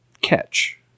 catch